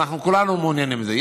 ואנחנו כולנו מעוניינים בזה,